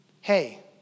hey